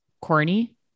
corny